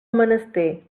menester